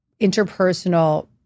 interpersonal